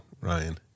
Ryan